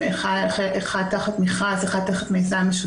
אחד תחת מכרז, אחת תחת מיזם משותף,